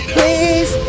Please